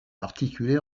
articulés